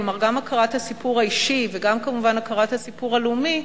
כלומר גם הכרת הסיפור האישי וגם כמובן הכרת הסיפור הלאומי,